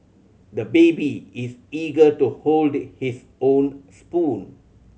the baby is eager to hold his own spoon